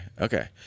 okay